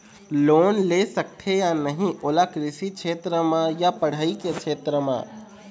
Loan ले सकथे या नहीं ओला कृषि क्षेत्र मा या पढ़ई के क्षेत्र मा?